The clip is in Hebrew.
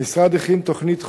המשרד הכין תוכנית חומש,